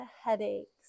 headaches